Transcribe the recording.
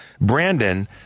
Brandon